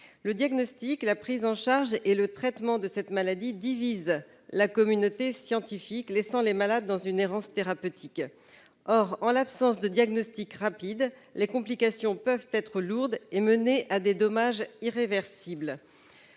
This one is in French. Le diagnostic, la prise en charge et le traitement de cette maladie divisent la communauté scientifique, laissant les malades dans une errance thérapeutique. Or, en l'absence de diagnostic rapide, les complications peuvent être lourdes et mener à des dommages irréversibles,